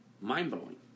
Mind-blowing